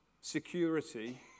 security